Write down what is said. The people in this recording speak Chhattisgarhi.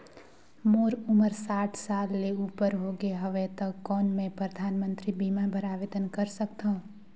मोर उमर साठ साल ले उपर हो गे हवय त कौन मैं परधानमंतरी बीमा बर आवेदन कर सकथव?